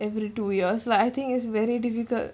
every two years like I think is very difficult